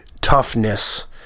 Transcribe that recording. toughness